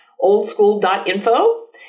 oldschool.info